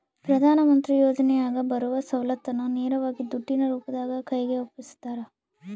ಪ್ರಧಾನ ಮಂತ್ರಿ ಯೋಜನೆಯಾಗ ಬರುವ ಸೌಲತ್ತನ್ನ ನೇರವಾಗಿ ದುಡ್ಡಿನ ರೂಪದಾಗ ಕೈಗೆ ಒಪ್ಪಿಸ್ತಾರ?